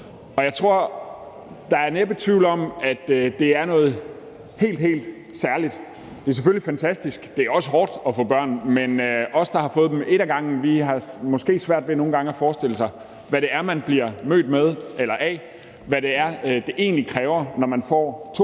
Jeg tror næppe, der er tvivl om, at det er noget helt, helt særligt. Det er selvfølgelig fantastisk, og det er også hårdt at få børn, men vi, der har fået dem et ad gangen, har måske nogle gange svært ved at forestille os, hvad det er, man bliver mødt af, og hvad det egentlig kræver, når man får to